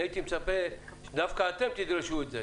אני הייתי מצפה דווקא אתם תדרשו את זה,